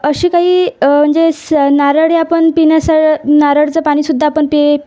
असे काही म्हणजे स नारळ हे आपण पिण्यास नारळाचं पाणीसुद्धा आपण पि